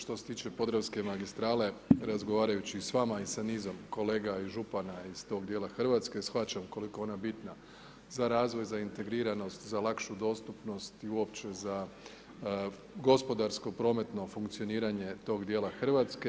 Što se tiče Podravske magistrale razgovarajući i s vama i sa nizom kolega i župana iz tog dijela Hrvatske, shvaćam koliko je ona bitna za razvoj, za integriranost, za lakšu dostupnost i uopće za gospodarsko, prometno funkcioniranje tog dijela Hrvatske.